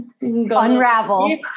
unravel